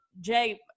Jay